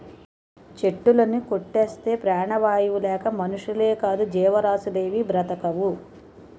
చెట్టులుని కొట్టేస్తే ప్రాణవాయువు లేక మనుషులేకాదు జీవరాసులేవీ బ్రతకవు